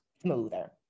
smoother